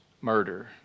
murder